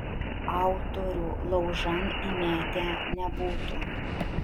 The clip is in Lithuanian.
autorių laužan įmetę nebūtų